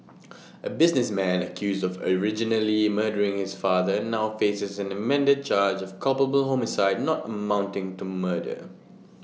A businessman accused originally murdering his father now faces an amended charge of culpable homicide not amounting to murder